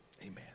Amen